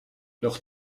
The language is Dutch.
nog